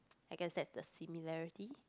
I guess that's the similarity